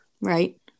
Right